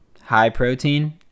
high-protein